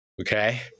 okay